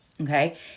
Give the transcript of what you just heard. okay